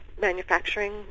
manufacturing